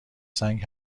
سنگ